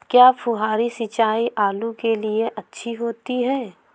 क्या फुहारी सिंचाई आलू के लिए अच्छी होती है?